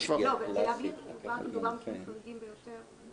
זה כבר --- להבהיר שמדובר בחריגים ביותר.